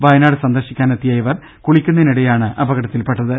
വയനാട് സന്ദർശിക്കാനെത്തിയ ഇവർ കുളിക്കുന്നതിനിടെയാണ് അപകടത്തിൽപെട്ടത്